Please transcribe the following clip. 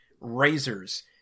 razors